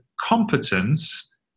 competence